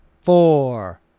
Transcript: four